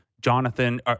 Jonathan